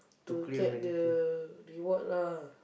to get the reward lah